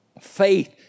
Faith